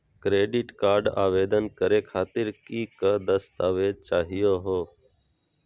Credit card आवेदन करे खातीर कि क दस्तावेज चाहीयो हो?